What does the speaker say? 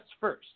first